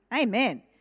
Amen